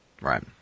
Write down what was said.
Right